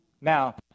Now